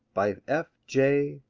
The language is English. by f. j.